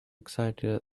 excited